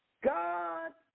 God